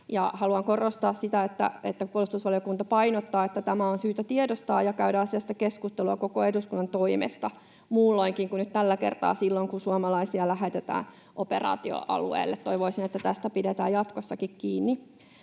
Haluan korostaa, että puolustusvaliokunta painottaa, että tämä on syytä tiedostaa ja käydä asiasta keskustelua koko eduskunnan toimesta, muulloinkin kuin nyt tällä kertaa, silloin kun suomalaisia lähetetään operaatioalueille. Toivoisin, että tästä pidetään jatkossakin kiinni.